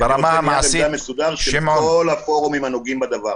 ייצא נייר עמדה מסודר של כל הפורומים הנוגעים בדבר